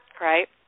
right